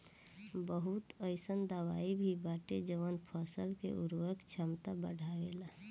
बहुत अईसन दवाई भी बाटे जवन फसल के उर्वरक क्षमता बढ़ावेला